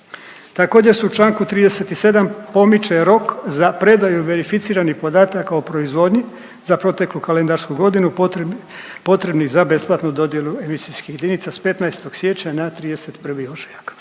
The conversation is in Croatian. Također se u Članku 37. pomiče rok za predaju verificiranih podataka o proizvodnji za proteklu kalendarsku godinu potreb… potrebnih za besplatnu dodjelu emisijskih jedinica s 15. siječnja na 31. ožujak,